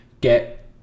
get